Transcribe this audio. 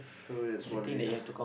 so that's one risk